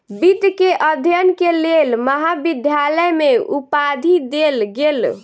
वित्त के अध्ययन के लेल महाविद्यालय में उपाधि देल गेल